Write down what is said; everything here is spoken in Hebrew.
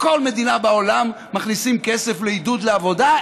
בכל מדינה בעולם מכניסים כסף לעידוד לעבודה,